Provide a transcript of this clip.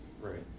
Right